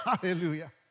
Hallelujah